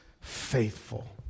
faithful